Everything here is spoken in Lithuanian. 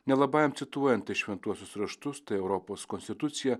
nelabajam cituojant tai šventuosius raštus tai europos konstituciją